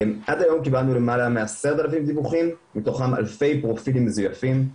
עד היום קיבלנו למעלה מ-10,000 דיווחים מתוכם אלפי פרופילים מזויפים,